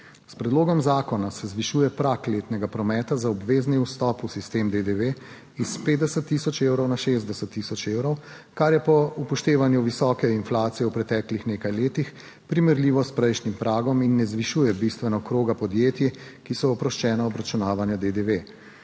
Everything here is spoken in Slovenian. S predlogom zakona se zvišuje prag letnega prometa za obvezni vstop v sistem DDV iz 50 tisoč evrov na 60 tisoč evrov, kar je po upoštevanju visoke inflacije v preteklih nekaj letih primerljivo s prejšnjim pragom in ne zvišuje bistveno kroga podjetij, ki so oproščena obračunavanja DDV.